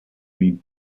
lead